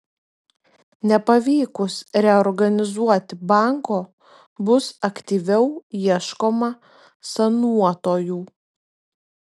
nepavykus reorganizuoti banko bus aktyviau ieškoma sanuotojų